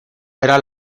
verá